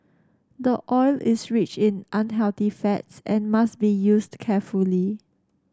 the oil is rich in unhealthy fats and must be used carefully